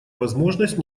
возможность